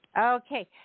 Okay